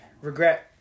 regret